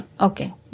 Okay